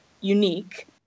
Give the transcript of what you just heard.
unique